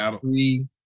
three